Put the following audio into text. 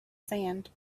sand